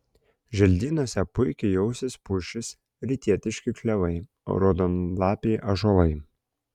želdynuose puikiai jausis pušys rytietiški klevai raudonlapiai ąžuolai